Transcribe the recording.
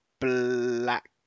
Black